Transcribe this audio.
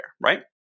Right